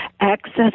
access